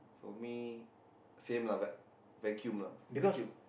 for me same lah vac~ vacuum lah vacuum